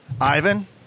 Ivan